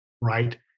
right